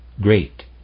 great